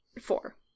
four